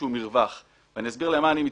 איזשהו מרווח ואני אסביר למה אני מתכוון.